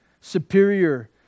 superior